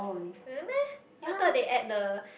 really meh I thought they add the